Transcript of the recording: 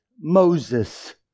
Moses